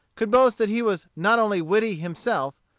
could boast that he was not only witty himself,